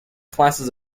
classes